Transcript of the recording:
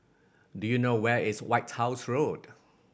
do you know where is White House Road